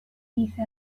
dice